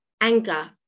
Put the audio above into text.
Anger